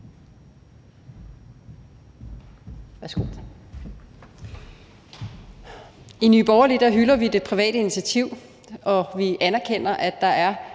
I Nye Borgerlige hylder vi det private initiativ, og vi anerkender, at der er